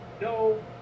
No